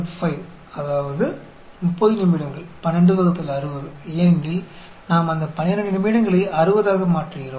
5 அதாவது 30 நிமிடங்கள் 1260 ஏனெனில் நாம் அந்த 12 நிமிடங்களை 60 ஆக மாற்றுகிறோம்